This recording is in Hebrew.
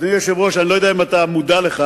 אדוני היושב-ראש, אני לא יודע אם אתה מודע לכך,